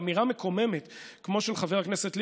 אמירה מקוממת כמו של חבר הכנסת ליברמן,